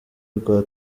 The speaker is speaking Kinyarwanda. rwa